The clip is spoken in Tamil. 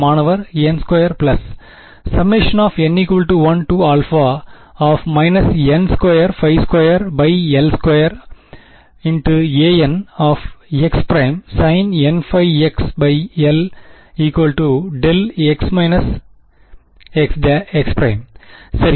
மாணவர் n2 n1− n2π2l2anx′sinnπxl δx x′ சரி